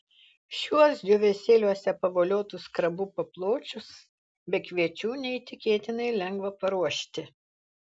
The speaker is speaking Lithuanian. šiuos džiūvėsėliuose pavoliotus krabų papločius be kviečių neįtikėtinai lengva paruošti